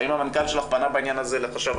האם המנכ"ל שלך פנה בעניין הזה לחשב הכללי?